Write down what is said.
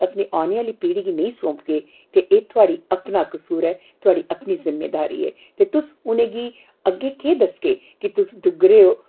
अपनी ओने आहली पीढ़ी गी नेईं सौंपगे ते एह् थुआढ़ी अपना कसूर ऐ थुआढ़ी अपनी जिम्मेदारी ऐ ते तुस उ'नें गी अग्गें केह् दस्सगे के तुस डुग्गरे ओ